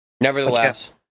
nevertheless